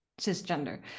cisgender